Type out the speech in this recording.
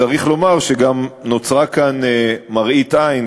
צריך לומר שגם נוצרה כאן מראית עין,